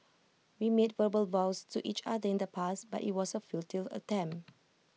we made verbal vows to each other in the past but IT was A futile attempt